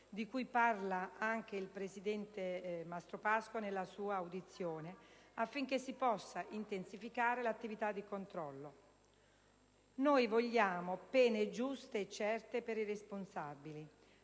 di cui parla il presidente Mastrapasqua nella sua audizione, affinché si possa intensificare l'attività di controllo. Noi vogliamo pene giuste e certe per i responsabili,